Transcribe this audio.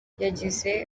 yagize